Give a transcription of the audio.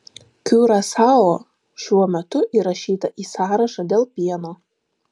kiurasao šiuo metu įrašyta į sąrašą dėl pieno